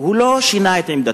שהוא לא שינה את עמדתו,